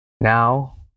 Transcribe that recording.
now